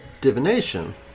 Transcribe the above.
Divination